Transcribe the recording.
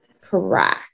correct